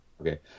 okay